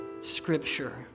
scripture